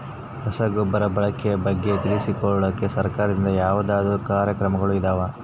ರಸಗೊಬ್ಬರದ ಬಳಕೆ ಬಗ್ಗೆ ತಿಳಿಸೊಕೆ ಸರಕಾರದಿಂದ ಯಾವದಾದ್ರು ಕಾರ್ಯಕ್ರಮಗಳು ಇದಾವ?